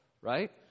Right